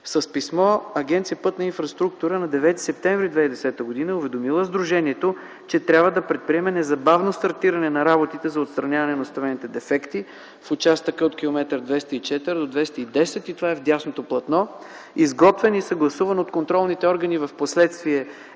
С писмо Агенция „Пътна инфраструктура” на 9 септември 2010 г. е уведомила сдружението, че трябва да предприеме незабавно стартиране на работите за отстраняване на строителните дефекти в участъка от километър 204 до километър 210 и това е в дясното платно. Впоследствие е изготвен и съгласуван от контролните органи и Проект